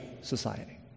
society